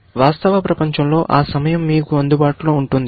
వాస్తవ ప్రపంచంలో ఆ సమయం మీకు అందుబాటులో ఉంటుంది